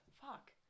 Fuck